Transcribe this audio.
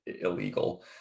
illegal